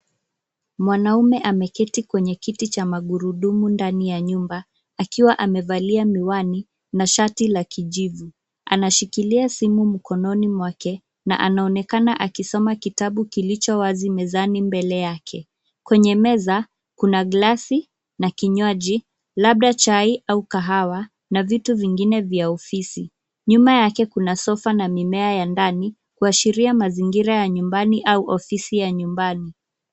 Mwanaume ameketi kwenye kiti cha magurudumu ndani ya nyumba akiwa amevalia miwani na shati la kijivu. Anashikilia simu mkononi mwake na anaonekana akisoma kitabu kilicho wazi mezani mbele yake. Kwenye meza kuna glass na kinywani labda chai au kahawa na vitu vingine vya ofisi. Nyuma yake kuna sofa na mimea ya ndani kuashiria mazingira ya nyumbani au ofisi ya nyumbani.